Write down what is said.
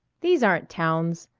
these aren't towns,